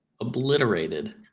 obliterated